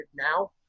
now